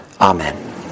Amen